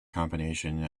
combination